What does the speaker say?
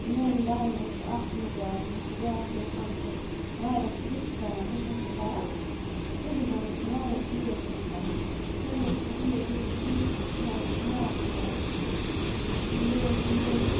میاین بایَن حظ چھِ اَکھ مِزاز مےٚ چھِ بیٛاکھ مِزاز تِم چھِ واریاہ غصہٕ کَران بہٕ چھَس نہٕ کَران کِہیٖنۍ تِم حظ چھِ واریاہ تیز مِزاز مےٚ نہٕ حظ چھُنہٕ تیز مِزاز کیٚنٛہہ بہٕ حظ چھَس نَرٕم مِزاز بیٚیہِ حظ چھِ میٲنۍ